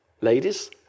ladies